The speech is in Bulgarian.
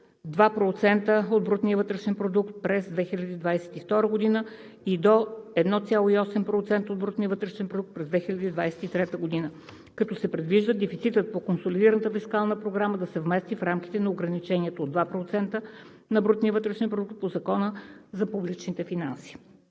2,0% от брутния вътрешен продукт през 2022 г. и до 1,8% от брутния вътрешен продукт през 2023 г., като се предвижда дефицитът по Консолидираната фискална програма да се вмести в рамките на ограничението от 2% от брутния вътрешен продукт по Закона за публичните финанси.